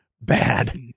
bad